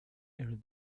earlier